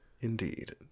Indeed